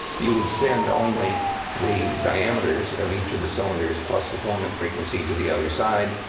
you would send only the diameters of each of the cylinders plus the formant frequency to the other side.